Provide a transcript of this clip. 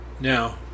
Now